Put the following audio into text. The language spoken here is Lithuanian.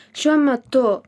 šiuo metu